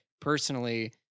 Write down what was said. personally